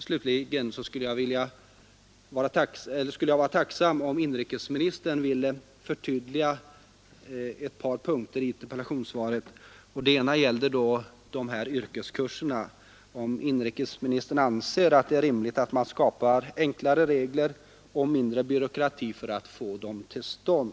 Slutligen skulle jag vara tacksam om inrikesministern ville förtydliga ett par punkter i interpellationssvaret. Det gäller först de här yrkeskurserna. Jag vill fråga om inrikesministern anser att det är rimligt att man skapar enklare och mindre byråkrati för att få dem till stånd.